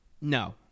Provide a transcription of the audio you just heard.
No